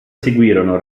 seguirono